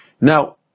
Now